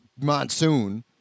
monsoon